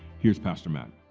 here's pastor matt.